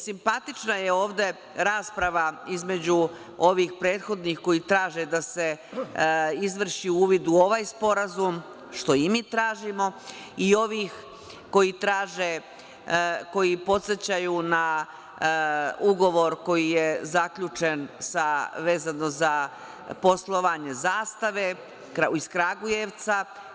Simpatična je ovde rasprava između ovih prethodnih koji traže da se izvrši uvid u ovaj sporazum, što i mi tražimo, i ovih koji podsećaju na ugovor koji je zaključen vezano za poslovanje „Zastave“ iz Kragujevca.